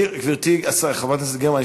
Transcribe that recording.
גברתי חברת הכנסת גרמן,